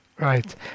Right